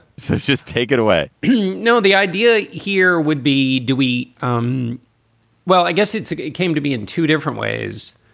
so just take it away you know, the idea here would be do we? um well, i guess it's a great game to be in two different ways.